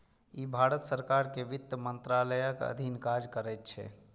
ई भारत सरकार के वित्त मंत्रालयक अधीन काज करैत छै